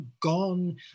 gone